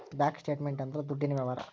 bank statement ಅಂದ್ರ ದುಡ್ಡಿನ ವ್ಯವಹಾರ